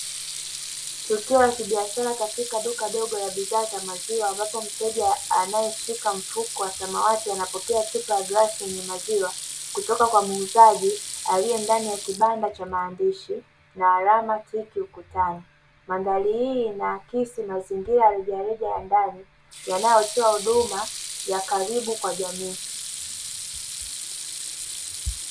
Tukiwa kibiashara katika duka dogo la bidhaa za maziwa ambapo mteja anayeshika mfuko wa samawati anapokea chupa ya glasi yenye maziwa kutoka kwa muuzaji aliye ndani ya kibanda cha maandishi na alama tiki ukutani. Mandhari hii inaakisi mazingira rejareja ya ndani yanayotoa huduma ya karibu kwa jamii.